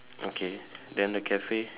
okay then the cafe